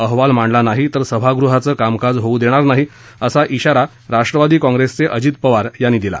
अहवाल मांडला नाही तर सभागृहाचं कामकाज होऊ देणार नाही अशा शिरा राष्ट्रवादी काँप्रेसचे अजित पवार यांनी दिला